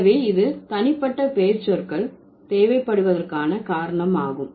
எனவே இது தனிப்பட்ட பெயர்ச்சொற்கள் தேவைப்படுவதற்கான காரணம் ஆகும்